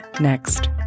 next